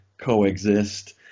coexist